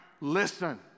listen